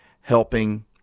helping